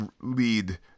lead